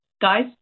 guys